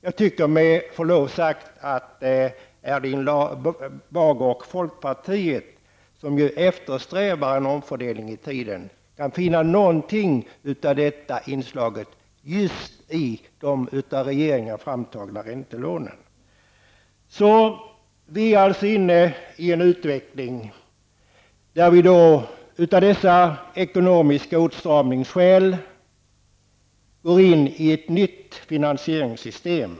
Jag tycker med förlov sagt att Erling Bager och folkpartiet, som ju eftersträvar en omfördelning i tiden, borde kunna finna något av detta inslag i just de av regeringen framtagna räntelånen. Vi är inne i en utveckling där vi på grund av den ekonomiska åtstramningen går in i ett nytt finansieringssystem.